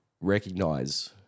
recognize